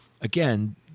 again